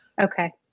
Okay